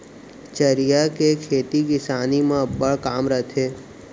चरिहा के खेती किसानी म अब्बड़ काम रथे